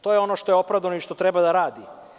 To je ono što je opravdano i što treba da radi.